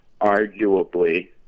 arguably